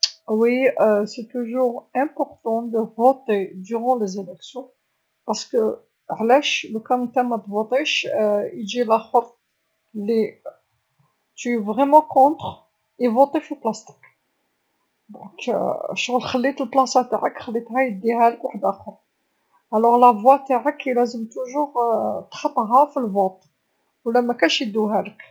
إيه، دايما مهمه تنتخب في وقت الإنتخابات علا خاطرش علاش؟ لوكان أنت متفوطيش يجي لاخر يتكون صح ضد يفوطي في بلاصتك، إذا كشغل خليتلو بلاصتا تاعك خليتها يديهالك وحداخر، إذا صوت تاعك لازم دايما تحطها في التصويت و لا مكانش يدوهالك.